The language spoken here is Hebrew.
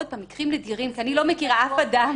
עוד פעם, מקרים נדירים כי אני לא מכירה אף אדם.